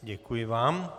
Děkuji vám.